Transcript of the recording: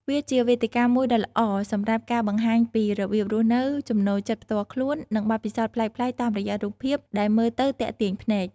វាជាវេទិកាមួយដ៏ល្អសម្រាប់ការបង្ហាញពីរបៀបរស់នៅ ចំណូលចិត្តផ្ទាល់ខ្លួន និងបទពិសោធន៍ប្លែកៗតាមរយៈរូបភាពដែលមើលទៅទាក់ទាញភ្នែក។